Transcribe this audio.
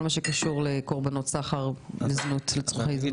מה שקשור לקורבנות סחר לצרכי זנות?